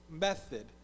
method